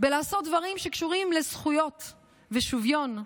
לעשות דברים שקשורים לזכויות ושוויון,